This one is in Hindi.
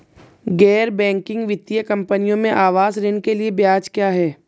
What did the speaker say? गैर बैंकिंग वित्तीय कंपनियों में आवास ऋण के लिए ब्याज क्या है?